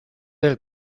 del